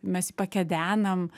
mes pakedenam